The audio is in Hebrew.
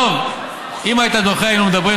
דב, אם היית דוחה, היינו מדברים.